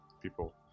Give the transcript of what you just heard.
People